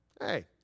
Hey